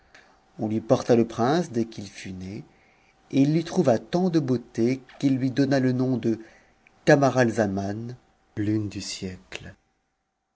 on lui porta le prince dès qu'il fut né et il lui trouva tant de beauté qu'il lui donna le nom de camaralzaman lune du